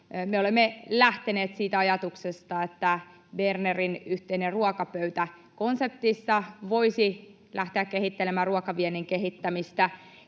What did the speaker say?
olemme lähteneet siitä ajatuksesta, että Bernerin Yhteinen ruokapöytä -konseptissa voisi lähteä kehittelemään ruokaviennin kehittämistä.